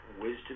wisdom